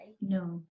no